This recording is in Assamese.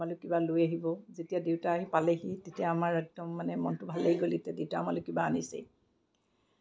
আমালৈ কিবা লৈ আহিব যেতিয়া দেউতা আহি পালেহি তেতিয়া আমাৰ একদম মানে মনটো ভাল লাগি গ'ল যে দেউতাই আমালৈ কিবা আনিছে